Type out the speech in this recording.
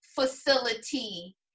facility